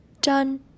done